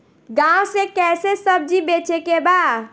गांव से कैसे सब्जी बेचे के बा?